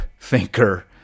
thinker